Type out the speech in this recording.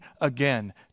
again